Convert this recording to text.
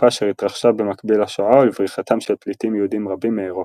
תקופה אשר התרחשה במקביל לשואה ולבריחתם של פליטים יהודים רבים מאירופה.